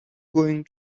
going